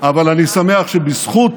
אבל אני שמח שבזכות